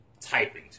typing